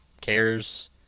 cares